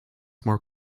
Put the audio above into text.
more